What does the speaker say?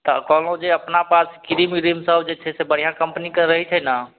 तऽ कहलहुँ जे अपना पास क्रीम व्रीम सब जे छै से बढ़िआँ कम्पनीके रहै छै ने